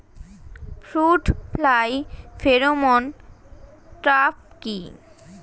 Fruit fly pheromone trap কি?